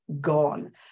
gone